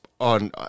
on